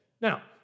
Now